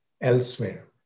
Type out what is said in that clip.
elsewhere